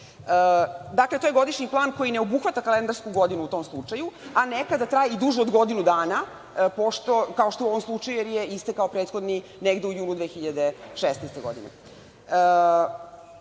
Dakle, to je godišnji plan koji ne obuhvata kalendarsku godinu u tom slučaju, a nekada traje duže od godinu dana, kao u ovom slučaju, jer je istekao negde u junu 2016. godine.